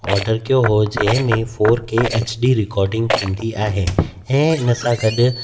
order कयो हो जंहिंमें four K H D recording थींदी आहे ऐं इन सां गॾु